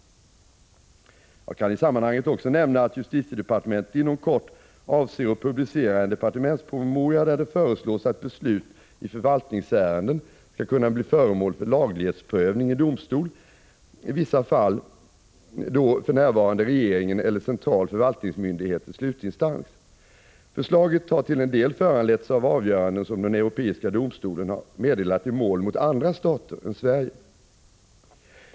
Jag kan i sammanhanget också nämna att justitiedepartementet inom kort avser att publicera en departementspromemoria där det föreslås att beslut i förvaltningsärenden skall kunna bli föremål för laglighetsprövning i domstol i vissa av de fall då för närvarande regeringen eller central förvaltningsmyndighet är slutinstans. Förslaget har till en del föranletts av avgöranden som den europeiska domstolen har meddelat i mål mot andra stater än Sverige.